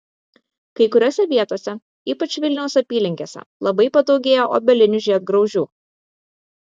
kai kuriose vietose ypač vilniaus apylinkėse labai padaugėjo obelinių žiedgraužių